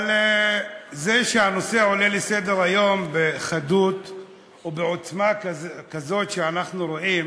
אבל זה שהנושא עולה לסדר-היום בחדות ובעוצמה כזאת שאנחנו רואים,